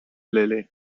lily